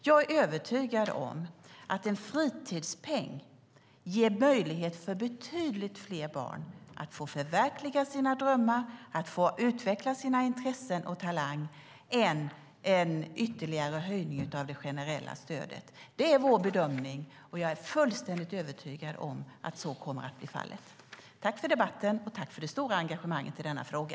Jag är övertygad om att en fritidspeng ger möjlighet för betydligt fler barn att förverkliga sina drömmar och att utveckla sina intressen och talanger än en ytterligare höjning av det generella stödet. Det är vår bedömning. Och jag är fullständigt övertygad om att så kommer att bli fallet. Tack för debatten, och tack för det stora engagemanget i denna fråga!